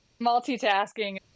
Multitasking